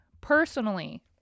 Personally